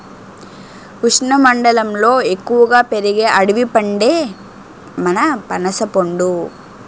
ఉష్ణమండలంలో ఎక్కువగా పెరిగే అడవి పండే మన పనసపండు